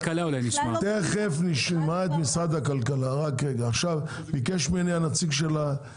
תכף נשמע את משרד הכלכלה, לפני כן נציג המכולות